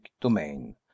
domain